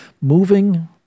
moving